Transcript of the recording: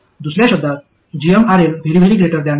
दुसर्या शब्दांत gmRL 1 किंवा gm GL